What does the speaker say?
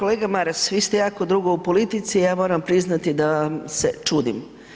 Kolega Maras, vi ste jako dugo u politici, ja moram priznati da se čudim.